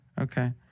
Okay